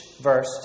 verse